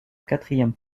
quatrième